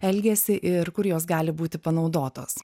elgiasi ir kur jos gali būti panaudotos